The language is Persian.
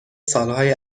سالهای